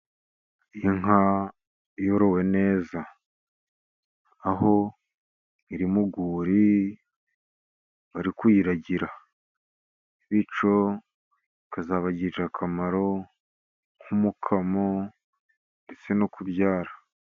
Inka yorowe neza. Aho iri mu rwuri, bari kuyiragira, bityo bikazabagirira akamaro k'umukamo, ndetse no kubyara.